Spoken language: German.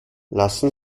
lassen